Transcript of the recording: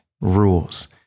rules